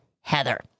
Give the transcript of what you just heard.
Heather